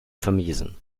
vermiesen